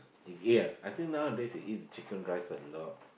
yeah I think nowadays we eat chicken rice a lot